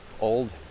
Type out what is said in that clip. old